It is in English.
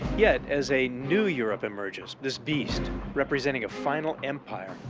yet as a new europe emerges, this beast representing a final empire,